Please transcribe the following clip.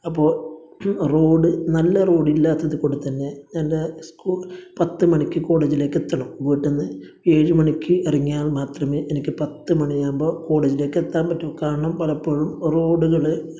അപ്പോൾ റോഡ് നല്ല റോഡ് ഇല്ലാത്തതുകൊണ്ട് തന്നെ എൻ്റെ സ്കൂൾ പത്ത് മണിക്ക് കോളേജിലേക്ക് എത്തണം വീട്ടിൽ നിന്ന് ഏഴ് മണിക്ക് ഇറങ്ങിയാൽ മാത്രമേ എനിക്ക് പത്ത് മണിയാകുമ്പോൾ കോളേജിലേക്ക് എത്താൻ പറ്റു കാരണം പലപ്പോഴും റോഡുകള്